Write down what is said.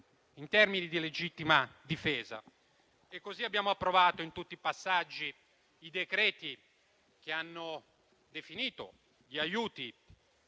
in termini di legittima difesa. Così abbiamo approvato in tutti i passaggi i decreti-legge che hanno definito gli aiuti